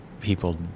people